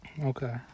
Okay